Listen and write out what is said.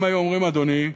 פעם היו אומרים, אדוני,